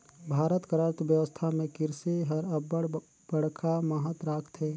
भारत कर अर्थबेवस्था में किरसी हर अब्बड़ बड़खा महत राखथे